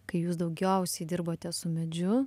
kai jūs daugiausiai dirbote su medžiu